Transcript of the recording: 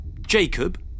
Jacob